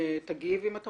אבל קודם יש לי